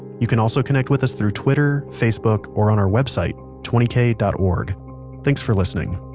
you can also connect with us through twitter, facebook, or on our website twenty kay dot org thanks for listening